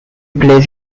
plays